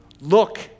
look